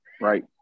right